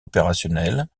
opérationnelle